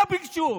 מה ביקשו?